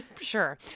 Sure